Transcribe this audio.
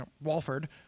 Walford